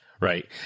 Right